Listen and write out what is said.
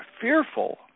fearful